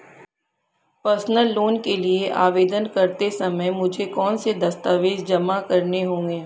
Personal loan के लिए आवेदन करते समय मुझे कौन से दस्तावेज़ जमा करने होंगे?